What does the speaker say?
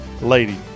lady